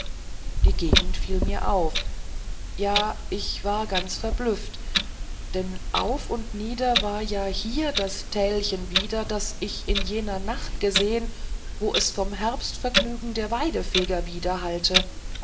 die gegend fiel mir auf ja ich war ganz verblüfft denn auf und nieder war ja hier das tälchen wieder das ich in jener nacht gesehen wo es vom herbstvergnügen der